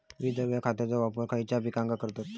विद्राव्य खताचो वापर खयच्या पिकांका करतत?